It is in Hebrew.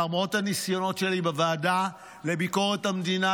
למרות הניסיונות שלי לגשר בוועדה לביקורת המדינה,